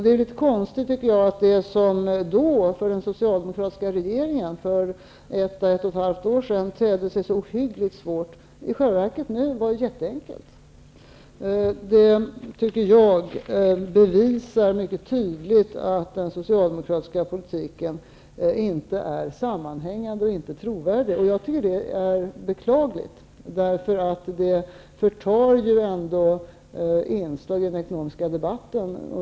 Det är litet konstigt, tycker jag, att det som för den socialdemokratiska regeringen för ett à ett och ett halvt år sedan tedde sig så ohyggligt svårt i själva verket var jätteenkelt, som det ser ut nu. Det tycker jag bevisar mycket tydligt att den socialdemokratiska politiken inte är sammanhängande och inte trovärdig. Jag tycker att det är beklagligt, därför att det förtar ju ändå inslag i den ekonomiska debatten.